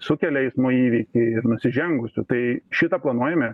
sukelia eismo įvykį ir nusižengusių tai šitą planuojame